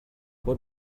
what